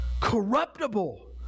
corruptible